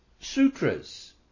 sutras